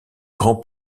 grand